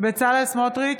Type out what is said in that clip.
בצלאל סמוטריץ'